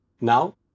Now